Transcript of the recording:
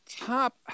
top